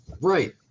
Right